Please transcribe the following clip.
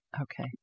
okay